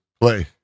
play